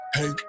Hey